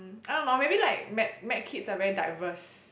or maybe like med med kids are very diverse